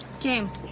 james.